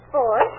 Four